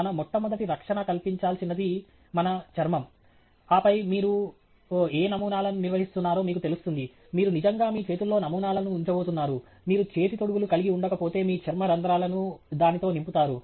మన మొట్టమొదటి రక్షణ కల్పించాల్సినది మన చర్మం ఆపై మీరు ఏ నమూనాలను నిర్వహిస్తున్నారో మీకు తెలుస్తుంది మీరు నిజంగా మీ చేతుల్లో నమూనాలను ఉంచబోతున్నారు మీరు చేతి తొడుగులు కలిగి ఉండకపోతే మీ చర్మ రంధ్రాలను దానితో నింపుతారు